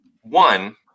one